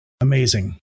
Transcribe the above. Amazing